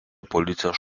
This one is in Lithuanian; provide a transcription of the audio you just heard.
policijos